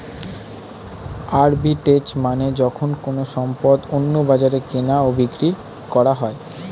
arbitrage মানে যখন কোনো সম্পদ অন্য বাজারে কেনা ও বিক্রি করা হয়